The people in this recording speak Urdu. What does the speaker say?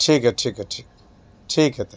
ٹھیک ہے ٹھیک ہے ٹھیک ہے ٹھیک ہے تب